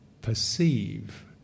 perceive